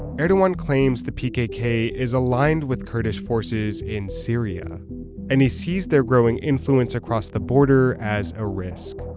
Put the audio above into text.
erdogan claims the pkk is aligned with kurdish forces in syria and he sees their growing influence across the border as a risk.